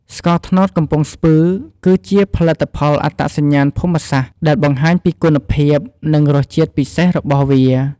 ស្ករត្នោតកំពង់ស្ពឺ គឺជាផលិតផលអត្តសញ្ញាណភូមិសាស្ត្រ ដែលបង្ហាញពីគុណភាព និងរសជាតិពិសេសរបស់វា។